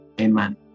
Amen